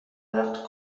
نقد